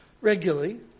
regularly